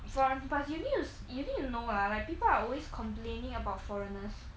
foreign plus you need to you need to know lah like people are always complaining about foreigners